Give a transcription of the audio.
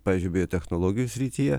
pavyzdžiui biotechnologijų srityje